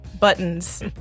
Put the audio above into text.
buttons